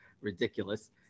ridiculous